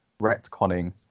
retconning